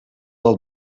dat